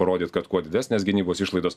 parodyt kad kuo didesnės gynybos išlaidos